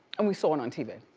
and we saw it on tv.